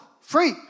free